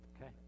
Okay